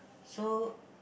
so